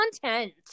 content